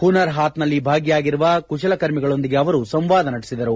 ಹುನರ್ ಹಾತ್ನಲ್ಲಿ ಭಾಗಿಯಾಗಿರುವ ಕುಶಲಕರ್ಮಿಗಳೊಂದಿಗೆ ಅವರು ಸಂವಾದ ನಡೆಸಿದರು